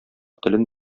телен